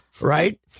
right